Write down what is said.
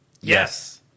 Yes